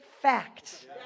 fact